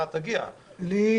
כיוון